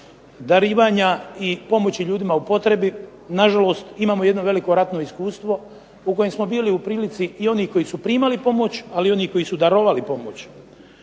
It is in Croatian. darivanja i pomoći ljudima u potrebi. Na žalost imamo jedno veliko ratno iskustvo, u kojem smo bili u prilici i oni koji su primali pomoć, ali i oni koji su darovali pomoć.